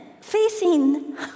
facing